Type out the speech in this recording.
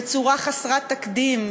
בצורה חסרת תקדים,